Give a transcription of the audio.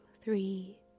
three